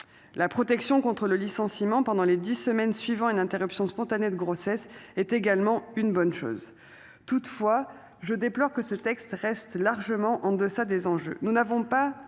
La protection contre le licenciement pendant les 10 semaines suivant une interruption spontanée de grossesse est également une bonne chose. Toutefois, je déplore que ce texte reste largement en deçà des enjeux.